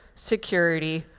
security,